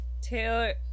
Taylor